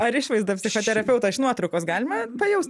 ar išvaizda psichoterapeutą iš nuotraukos galima pajaust